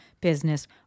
business